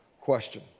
question